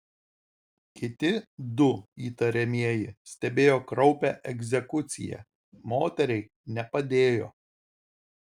kiti du įtariamieji stebėjo kraupią egzekuciją moteriai nepadėjo